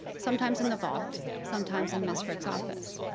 sometimes in the vault, sometimes in ms. frick's office.